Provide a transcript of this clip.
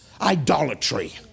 idolatry